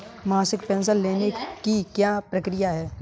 मासिक पेंशन लेने की क्या प्रक्रिया है?